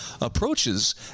approaches